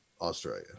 Australia